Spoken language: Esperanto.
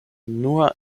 nur